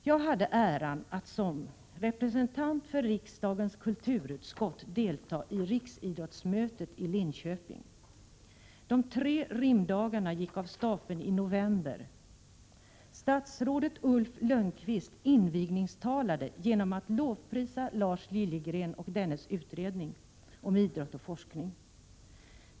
Jag hade äran att som representant för riksdagens kulturutskott delta i riksidrottsmötet i Linköping i november. Statsrådet Ulf Lönnqvist invigningstalade genom att lovprisa Lars Liljegren och dennes utredning om idrott och forskning.